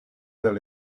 del